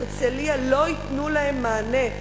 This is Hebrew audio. לא ייתנו להם מענה.